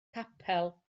capel